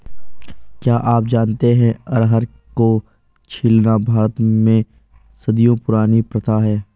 क्या आप जानते है अरहर को छीलना भारत में सदियों पुरानी प्रथा है?